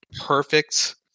perfect